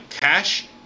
cash